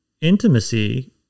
intimacy